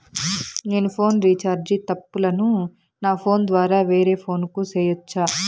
నేను phone recharge తప్పులను నా ఫోను ద్వారా వేరే ఫోను కు సేయొచ్చా?